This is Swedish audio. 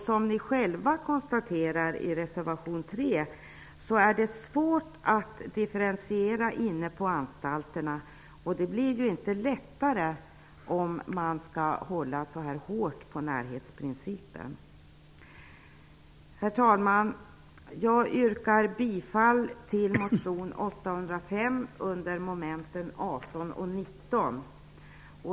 Som ni själva konstaterar i reservation 3 är det svårt att differentiera inne på anstalterna, och det blir inte lättare om man skall hålla så hårt på närhetsprincipen. Herr talman! Jag yrkar bifall till motion 805 under mom. 18 och 19.